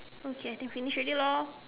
okay then finish already loh